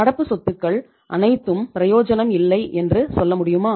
நடப்பு சொத்துக்கள் அனைத்தும் பிரயோஜனம் இல்லை என்று சொல்ல முடியுமா